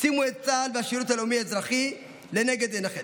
שימו את צה"ל והשירות הלאומי-אזרחי לנגד עיניכם